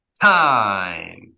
Time